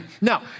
Now